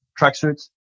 tracksuits